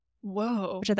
Whoa